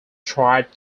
triad